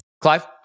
Clive